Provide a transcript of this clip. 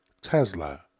Tesla